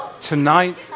tonight